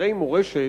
אתרי מורשת,